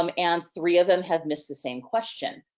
um and, three of them have missed the same question.